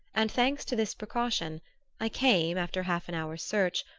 and thanks to this precaution i came, after half an hour's search,